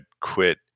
quit